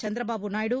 Chandrababu Naidu